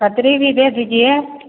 ककड़ी भी दे दीजिये